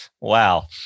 Wow